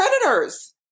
predators